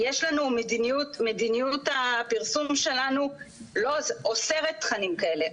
מדיניות הפרסום שלנו אוסרת תכנים כאלה,